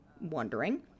wondering